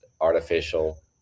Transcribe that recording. artificial